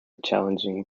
challenging